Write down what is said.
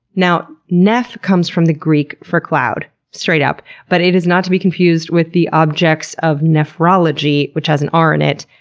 now neph comes from the greek for cloud straight up but it is not to be confused with the objects of nephrology, which has an r in it.